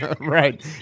Right